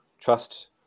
Trust